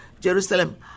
Jerusalem